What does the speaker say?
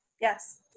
Yes